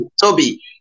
Toby